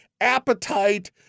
appetite